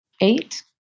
eight